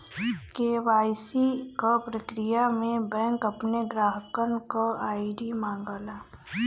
KYC क प्रक्रिया में बैंक अपने ग्राहकन क आई.डी मांगला